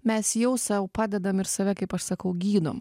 mes jau sau padedam ir save kaip aš sakau gydom